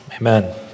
Amen